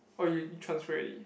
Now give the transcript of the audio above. oh you transfer already